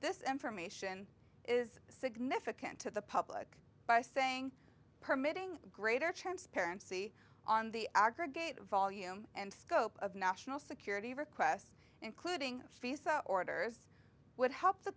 this information is significant to the public by saying permitting greater transparency on the aggregate volume and scope of national security requests including fisa orders would help the